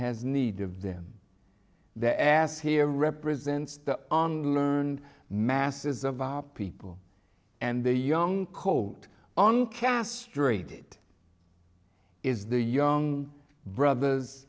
has need of them the ass here represents the on learned masses of people and the young coat on castrated is the young brothers